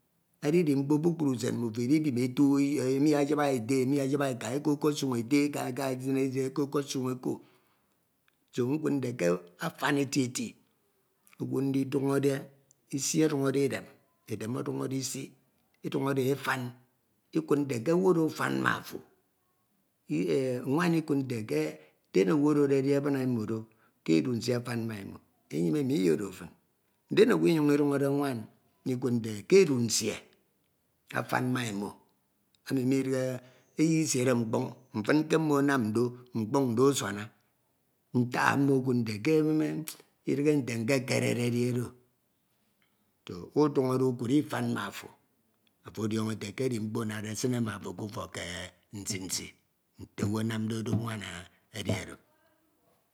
Edide mkpo kpukpru usen mmufo idikip etu emi ayibi ete oko ayibi eka, emi ekesuñi emi, eko ekesuñi eko, se o nkud, nte afan eti owu ndiduñote, isi oduno̱de edem, edem, ọdoñọde isi. Oduñọde- e afan, ekud nte ke owu oro afan ma ofo. Nwan ikud nte ke denowuededi ebine imo do ke edu nsie afan ma- e, e yime nño iyedo fin, denowu inyuñ iduñọde nwan ikud nte ke edu nsie afan ma imo, emi midighe eyi isiere mkpọñ ndo asuana, ntik mmo ekud ete ke idighe nte nkekasede edi oro. Iduñọde ukud ifan ma ofo, ofo odiọño ete ke edi mkpo anate esine ma ofo ke ufọk ke nsi nsi. Nte anamde odo nwan edi oro.